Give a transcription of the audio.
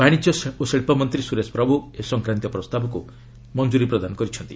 ବାଶିଜ୍ୟ ଶିଳ୍ପ ମନ୍ତ୍ରୀ ସୁରେଶ ପ୍ରଭୁ ଏ ସଂକ୍ରାନ୍ତୀୟ ପ୍ରସ୍ତାବକୁ ମଞ୍ଜୁରି ପ୍ରଦାନ କରିଛନ୍ତି